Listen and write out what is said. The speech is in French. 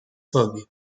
fogg